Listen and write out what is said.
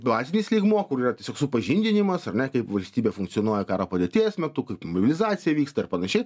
dvasinis lygmuo kur yra tiesiog supažindinimas ar ne kaip valstybė funkcionuoja karo padėties metu kad mobilizacija vyksta ir panašiai